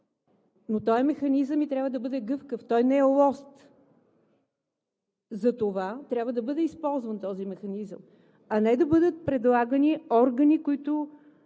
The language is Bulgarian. Но той е механизъм и трябва да бъде гъвкав, той не е лост. За това трябва да бъде използван този механизъм, а не да бъдат предлагани органи, които